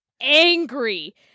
angry